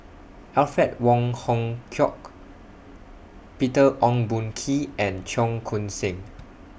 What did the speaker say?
Alfred Wong Hong Kwok Peter Ong Boon Kwee and Cheong Koon Seng